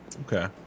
Okay